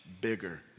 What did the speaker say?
bigger